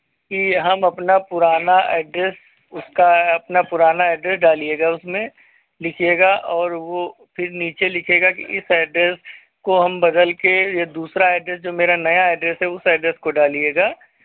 कि हम अपना पुराना ऐड्रेस उसका अपना पुराना ऐड्रेस डालिएगा उसमें लिखिएगा और वो फिर नीचे लिखिएगा कि इस ऐड्रेस को हम बदल के ये दूसरा ऐड्रेस जो मेरा नया ऐड्रेस है उस ऐड्रेस को डालिएगा